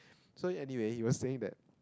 so anyway you were saying that